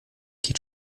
geht